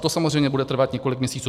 To samozřejmě bude trvat několik měsíců.